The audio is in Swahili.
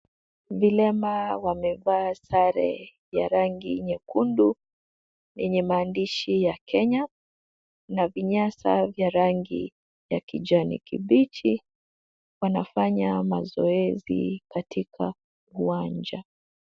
Vilema wamevaa sare ya rangi nyekundu yenye maandishi ya Kenya na vinyasa vya rangi ya kijani kibichi. Wanafanya mazoezi katika uwanja.